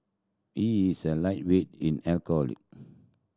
he is a lightweight in alcohol